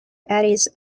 addis